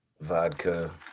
vodka